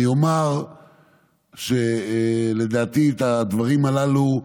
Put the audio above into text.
אני אומר שלדעתי בדברים הללו,